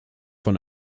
von